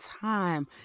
time